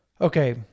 Okay